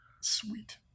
sweet